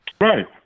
Right